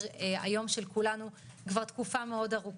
היום של כולנו כבר תקופה מאוד ארוכה,